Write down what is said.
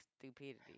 stupidity